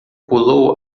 pulou